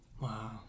Wow